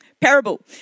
parable